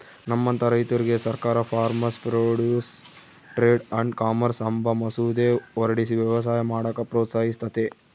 ನಮ್ಮಂತ ರೈತುರ್ಗೆ ಸರ್ಕಾರ farmers produce trade and commerce ಅಂಬ ಮಸೂದೆ ಹೊರಡಿಸಿ ವ್ಯವಸಾಯ ಮಾಡಾಕ ಪ್ರೋತ್ಸಹಿಸ್ತತೆ